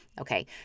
okay